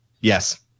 Yes